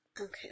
Okay